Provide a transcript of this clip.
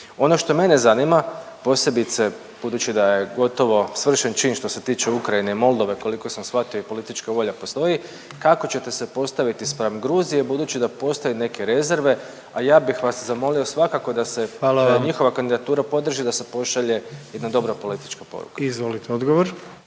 Ono što mene zanima, posebice budući da je gotovo svršen čin što se tiče Ukrajine i Moldove koliko sam shvatio i politička volja postoji, kako ćete se postaviti spram Gruzije budući da postoje neke rezerve? A ja bih vas zamolio svakako da se …/Upadica predsjednik: Hvala vam./… njihova kandidatura podrži i da se pošalje jedna dobra politička poruka.